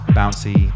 bouncy